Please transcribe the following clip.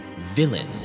Villain